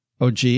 OG